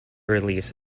reliefs